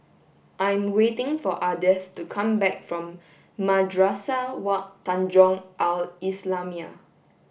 I am waiting for Ardeth to come back from Madrasah Wak Tanjong Al islamiah